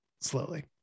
slowly